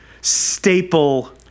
staple